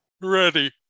Ready